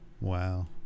Wow